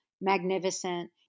magnificent